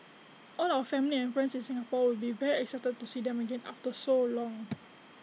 all our family and friends in Singapore will be very excited to see them again after so long